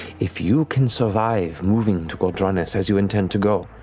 if you can survive moving to ghor dranas as you intend to go,